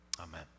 Amen